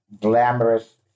glamorous